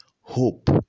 hope